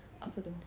apa tu